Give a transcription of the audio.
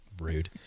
rude